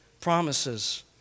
promises